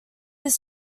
his